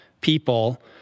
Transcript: people